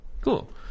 Cool